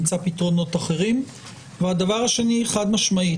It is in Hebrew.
בזום נמצא מר אורן אריאב המנמ"ר שלנו והוא יוכל להתייחס לעניין המשמעות